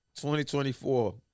2024